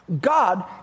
God